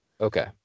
okay